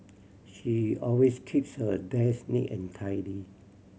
she always keeps her desk neat and tidy